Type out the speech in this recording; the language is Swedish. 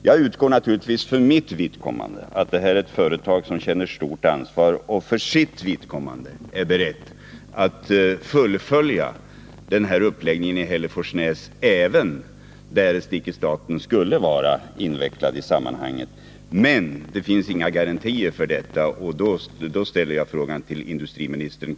Jag utgår naturligtvis ifrån att det gäller ett företag som känner stort ansvar och för sitt vidkommande är berett att fullfölja den här uppläggningen i Hälleforsnäs, även om staten icke skulle vara involverad i sammanhanget. Det finns emellertid inte några garantier för detta.